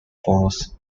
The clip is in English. forces